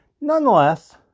Nonetheless